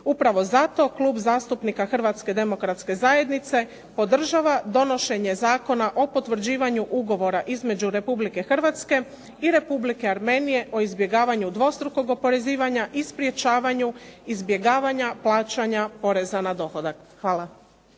Upravo zato Klub zastupnika Hrvatske demokratske zajednice podržava donošenje Zakona o potvrđivanju Ugovora između Republike Hrvatske i Republike Armenije o izbjegavanju dvostrukog oporezivanja i sprječavanju izbjegavanja plaćanja poreza na dohodak. Hvala.